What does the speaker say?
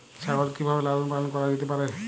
ছাগল কি ভাবে লালন পালন করা যেতে পারে?